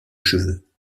cheveux